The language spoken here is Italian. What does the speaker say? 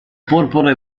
porpora